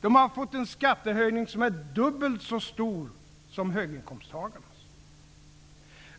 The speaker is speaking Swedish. De har fått en skattehöjning som är dubbelt så stor som höginkomsttagarnas.